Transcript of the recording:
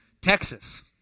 Texas